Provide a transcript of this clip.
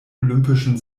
olympischen